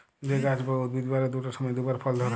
যে গাহাচ বা উদ্ভিদ বারের দুট সময়ে দুবার ফল ধ্যরে